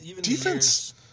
defense